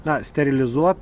na sterilizuot